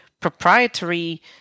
proprietary